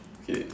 okay